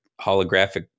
holographic